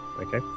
Okay